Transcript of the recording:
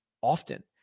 often